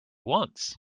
wants